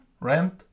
rent